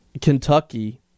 Kentucky